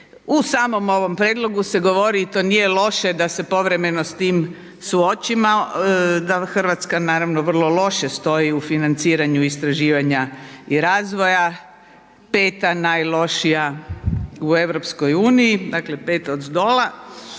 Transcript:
U samom ovom prijedlogu se govori i to nije loše da se povremeno suočimo, da Hrvatska naravno vrlo loše stoji u financiranju istraživanja i razvoja. Peta najlošija u Europskoj uniji, dakle peta odozdola.